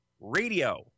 radio